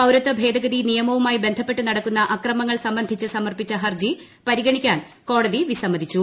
പൌരത്വ ഭേദഗതി നിയമവുമായി ബന്ധപ്പെട്ട് നടക്കുന്ന അക്രമങ്ങൾ സംബന്ധിച്ച് സമർപ്പിച്ച ഹർജി പരിഗണിക്കാൻ കോടതി വിസമ്മതിച്ചു